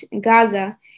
Gaza